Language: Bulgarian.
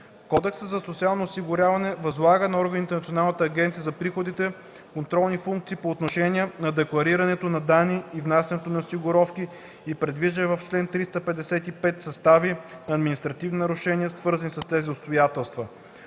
Кодексът за социално осигуряване възлага на органите на Националната агенция за приходите контролни функции по отношение на декларирането на данни и внасянето на осигуровки и предвижда в чл. 355 състави на административни нарушения, свързани с тези обстоятелства.